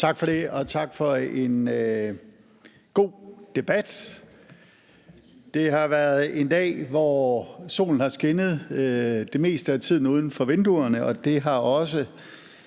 Tak for det. Og tak for en god debat. Det har været en dag, hvor solen har skinnet det meste af tiden uden for vinduerne, og det har også